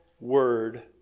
word